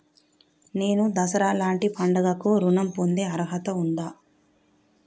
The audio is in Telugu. నేను దసరా లాంటి పండుగ కు ఋణం పొందే అర్హత ఉందా?